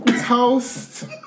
Toast